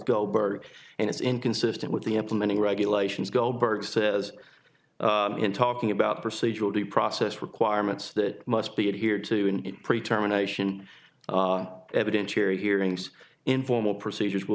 goldberg and it's inconsistent with the implementing regulations goldberg says in talking about procedural due process requirements that must be adhered to in pre term a nation evidentiary hearings informal procedures will